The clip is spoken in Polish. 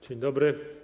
Dzień dobry.